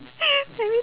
very